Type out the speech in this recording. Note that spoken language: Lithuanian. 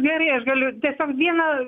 gerai aš galiu tiesiog vieną